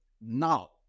now